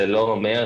זה לא אומר,